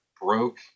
broke